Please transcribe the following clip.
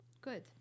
Good